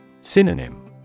Synonym